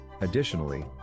Additionally